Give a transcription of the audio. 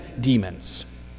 demons